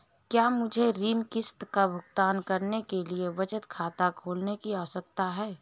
क्या मुझे ऋण किश्त का भुगतान करने के लिए बचत खाता खोलने की आवश्यकता है?